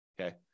okay